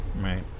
right